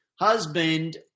husband